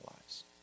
lives